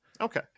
Okay